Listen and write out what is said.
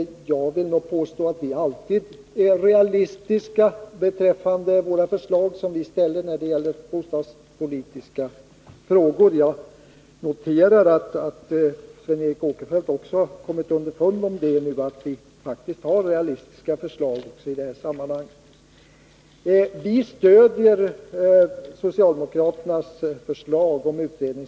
Jag vill påstå att vi alltid är realistiska när det gäller våra förslag i bostadspolitiska frågor. Jag noterar att Sven Eric Åkerfeldt alltså har kommit underfund med att vi faktiskt har realistiska förslag i detta sammanhang. Vi stöder socialdemokraternas förslag om utredning.